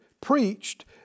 preached